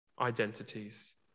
identities